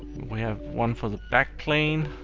we have one for the back plane.